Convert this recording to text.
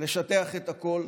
נשטח את הכול,